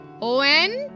O-N